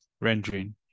rendering